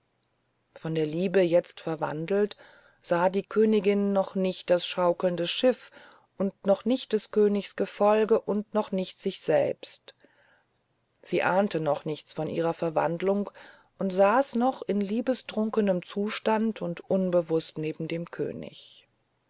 von der liebe jetzt verwandelt sah die königin noch nicht das schaukelnde schiff und noch nicht des königs gefolge und noch nicht sich selbst sie ahnte noch nichts von ihrer verwandlung und saß noch in liebestrunkenem zustande unbewußt neben dem könig